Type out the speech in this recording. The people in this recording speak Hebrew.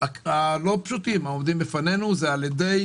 הלא פשוטים העומדים בפנינו היא על ידי